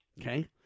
Okay